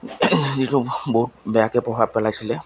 যিটো বহুত বেয়াকৈ প্ৰভাৱ পেলাইছিলে